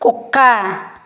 కుక్క